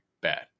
bad